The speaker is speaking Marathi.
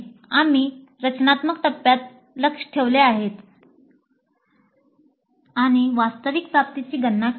आम्ही रचनात्मक टप्प्यात लक्ष्य ठेवले आहेत आणि वास्तविक प्राप्तीची गणना केली आहे